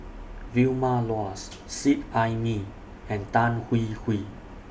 Vilma Laus Seet Ai Mee and Tan Hwee Hwee